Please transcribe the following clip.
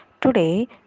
Today